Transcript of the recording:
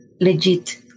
legit